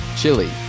Chile